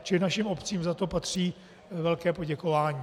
Čili našim obcím za to patří velké poděkování.